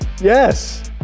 Yes